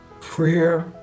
prayer